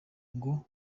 ngo